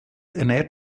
ernährt